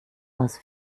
aus